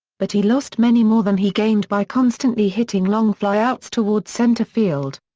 but he lost many more than he gained by constantly hitting long fly outs toward center field.